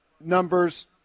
numbers